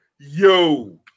Yo